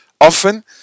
often